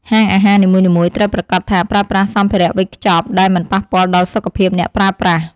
ហាងអាហារនីមួយៗត្រូវប្រាកដថាប្រើប្រាស់សម្ភារវេចខ្ចប់ដែលមិនប៉ះពាល់ដល់សុខភាពអ្នកប្រើប្រាស់។